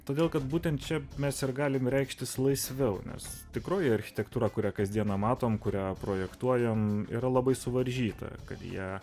todėl kad būtent čia mes ir galime reikštis laisviau nes tikroji architektūra kuria kasdieną matome kurią projektuojame yra labai suvaržyta kad ją